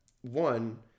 one